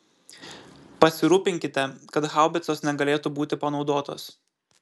pasirūpinkite kad haubicos negalėtų būti panaudotos